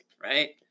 right